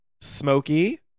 smoky